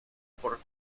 por